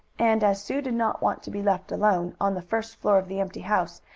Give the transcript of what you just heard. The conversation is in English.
and, as sue did not want to be left alone on the first floor of the empty house,